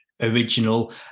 original